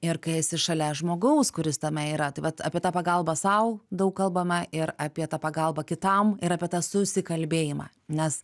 ir kai esi šalia žmogaus kuris tame yra tai vat apie tą pagalbą sau daug kalbama ir apie tą pagalbą kitam ir apie tą susikalbėjimą nes